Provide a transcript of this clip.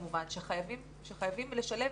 שחייבים לשלב,